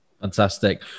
fantastic